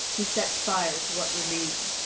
he set fire to what remained.